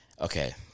Okay